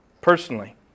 personally